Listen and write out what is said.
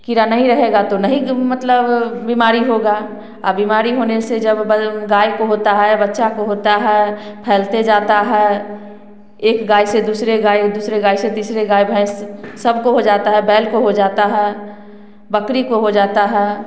कीड़ा नहीं रहेगा तो नहीं मतलब बीमारी होगा और बीमारी होने से जब बन गाय को होता है बच्चा को होता है फैलते जाता है एक गाय से दूसरे गाय दूसरे गाय से तीसरे गाय भैस सबको हो जाता है बैल को हो जाता है बकरी को हो जाता है